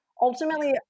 ultimately –